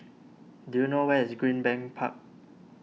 do you know where is Greenbank Park